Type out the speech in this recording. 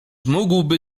mógłby